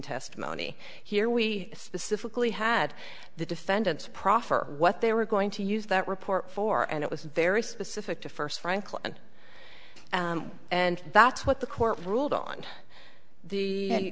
testimony here we specifically had the defendant's proffer what they were going to use that report for and it was very specific to first franklin and that's what the court ruled on the